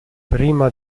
prima